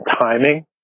timing